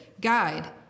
guide